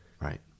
Right